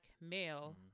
male